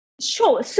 Sure